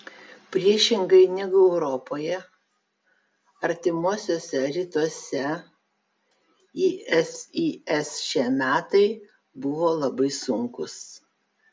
priešingai negu europoje artimuosiuose rytuose isis šie metai buvo labai sunkūs